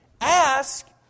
Ask